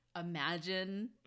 imagine